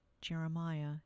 Jeremiah